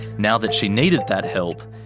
now that she needed that help,